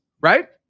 right